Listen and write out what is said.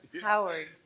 Howard